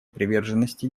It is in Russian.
приверженности